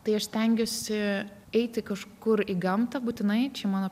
tai aš stengiuosi eiti kažkur į gamtą būtinai čia mano